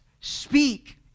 speak